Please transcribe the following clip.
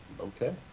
Okay